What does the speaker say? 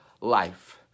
life